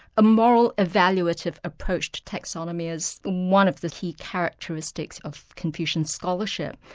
a moral evaluative approach to taxonomy is one of the key characteristics of confucian scholarship,